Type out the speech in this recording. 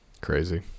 Crazy